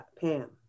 Pam